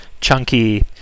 chunky